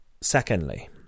Secondly